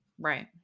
Right